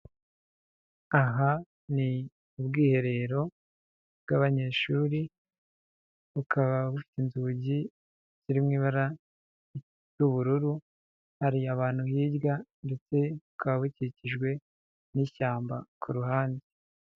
Aha ni ubwiherero bw'abanyeshuri bukaba bufite inzugi ziri mu ibara ry'ubururu, hari abantu hirya ndetse bukaba bukikijwe n'ishyamba ku ruhande.